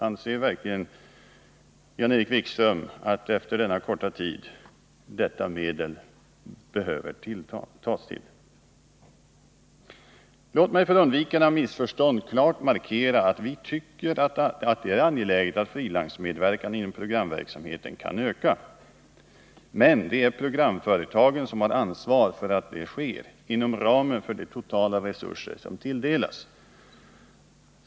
Anser verkligen Jan-Erik Wikström att detta medel behöver tillgripas efter så kort tid? Låt mig för undvikande av missförstånd klart markera att vi tycker att det är angeläget att frilansmedverkan inom programverksamheten kan öka. Men det är programföretagen som har ansvaret för att detta sker inom ramen för de totala resurser som tilldelas.